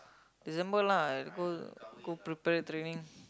December lah go go prepare training